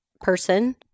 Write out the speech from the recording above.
person